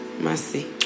mercy